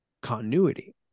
continuity